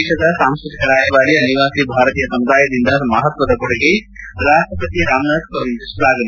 ದೇಶದ ಸಾಂಸ್ಟತಿಕ ರಾಯಭಾರಿಯಾಗಿ ಅನಿವಾಸಿ ಭಾರತೀಯ ಸಮುದಾಯದಿಂದ ಮಹತ್ವದ ಕೊಡುಗೆ ರಾಷ್ಷಪತಿ ರಾಮನಾಥ್ ಕೋವಿಂದ್ ಶ್ಲಾಘನೆ